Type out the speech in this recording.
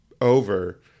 over